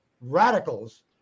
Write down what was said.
radicals